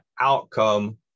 outcome